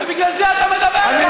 ובגלל זה אתה מדבר ככה.